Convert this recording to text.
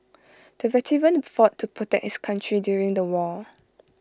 the veteran fought to protect his country during the war